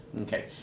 Okay